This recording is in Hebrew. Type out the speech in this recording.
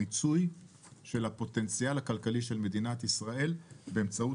מיצוי הפוטנציאל הכלכלי של מדינת ישראל באמצעות